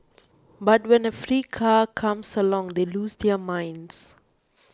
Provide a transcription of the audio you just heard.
but when a free car comes along they lose their minds